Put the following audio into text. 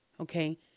okay